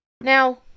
now